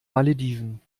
malediven